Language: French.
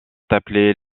appelés